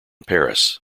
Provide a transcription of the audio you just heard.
paris